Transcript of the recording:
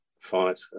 Fight